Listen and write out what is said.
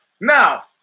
Now